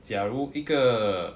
假如一个